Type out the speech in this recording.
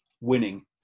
winning